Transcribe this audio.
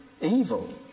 evil